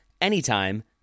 anytime